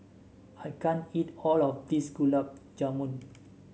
I can't eat all of this Gulab Jamun